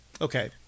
Okay